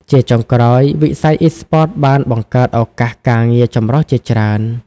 ជាចុងក្រោយ វិស័យអុីស្ព័តបានបង្កើតឱកាសការងារចម្រុះជាច្រើន។